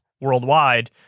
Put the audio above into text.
Worldwide